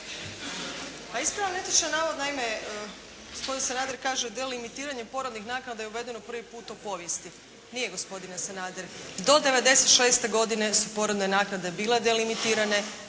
Pa ispravljam netočan navod. Naime gospodin Sanader kaže: «Delimitiranje porodnih naknada je uvedeno prvi puta u povijesti». Nije gospodine Sanader. Do 1996. godine su porodne naknade bile delimitirane.